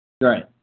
Right